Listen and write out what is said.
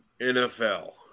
NFL